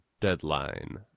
deadline